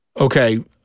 Okay